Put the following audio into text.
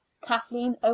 kathleen